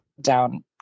down